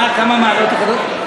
אה, כמה מעלות יכולות?